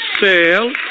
sale